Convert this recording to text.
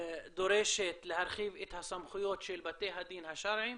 דורשת להרחיב את הסמכויות של בתי הדין השרעיים